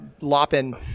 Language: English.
lopping